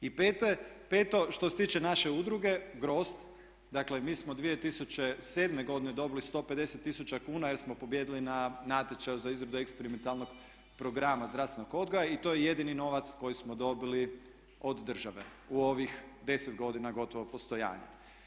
I peto, što se tiče naše udruge Grozd dakle mi smo 2007. godine dobili 150 000 kuna jer smo pobijedili na natječaju za izradu eksperimentalnog programa zdravstvenog odgoja i to je jedini novac koji smo dobili od države u ovih 10 godina gotovo postojanja.